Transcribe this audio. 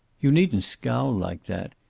you needn't scowl like that.